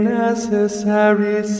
necessary